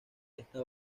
esta